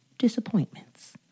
Disappointments